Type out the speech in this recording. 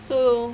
so